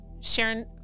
Sharon